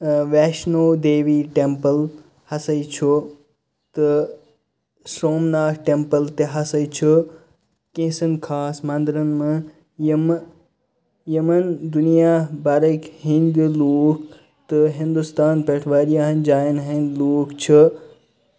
Vaishno Devi temple ہَساے چھُ تہٕ سومناتھ ٹٮ۪مپٕل تہٕ ہَساے چھُ کینژھ ن خاص مَندَرَن مَنز ییٚمہِ یِمَن دُنیا برٕکۍ ہیٚندۍ لُکھ تہٕ ہندوستان پٮ۪ٹھ واریاہَن جاٮ۪ن ہٕندۍ لُکھ چھِ